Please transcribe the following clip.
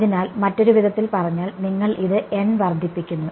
അതിനാൽ മറ്റൊരു വിധത്തിൽ പറഞ്ഞാൽ നിങ്ങൾ ഇത് വർദ്ധിപ്പിക്കുന്നു